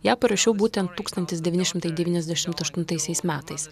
ją parašiau būtent tūkstantis devyni šimtai devyniasdešimt aštuntaisiais metais